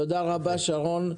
תודה רבה שרון.